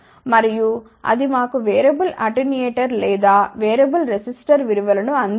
మరియు అది మాకు వేరియబుల్ అటెన్యూయేటర్ లేదా వేరియబుల్ రెసిస్టర్ విలువను అందించదు